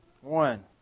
One